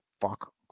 fuck